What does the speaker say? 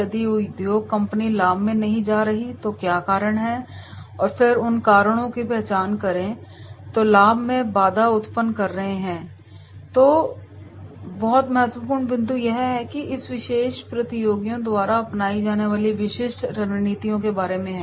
यदि उद्योग कंपनी लाभ में नहीं जा रही है तो क्या कारण हैं और फिर उन कारणों की पहचान करें जो लाभ में बाधा उत्पन्न कर रहे हैं तो बहुत महत्वपूर्ण बिंदु यह है कि इस विशेष प्रतियोगियों द्वारा अपनाई जाने वाली विशिष्ट रणनीतियों के बारे में है